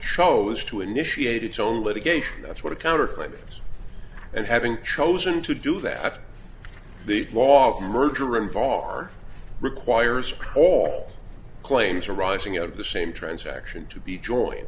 chose to initiate its own litigation that's what a counter claims and having chosen to do that the law the merger involved are requires all claims arising out of the same transaction to be jo